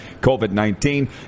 COVID-19